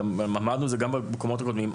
ואמרנו את זה גם במקומות הקודמים,